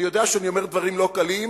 אני יודע שאני אומר דברים לא קלים,